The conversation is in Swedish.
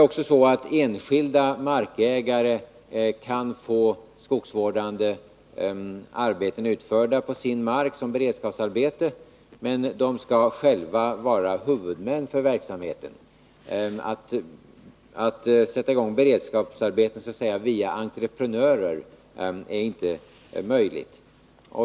Också enskilda markägare kan få skogsvårdande arbeten utförda på sin mark som beredskapsarbete, men de skall själva vara huvudmän för verksamheten. Att sätta i gång beredskapsarbeten via entreprenörer är inte möjligt.